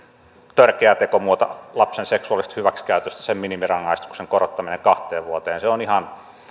törkeä tekomuoto lapsen seksuaalisesta hyväksikäytöstä sen minimirangaistuksen korottaminen kahteen vuoteen se on ihan